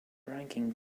ranking